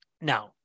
Now